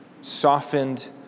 softened